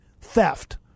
theft